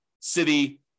city